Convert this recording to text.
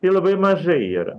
tai labai mažai yra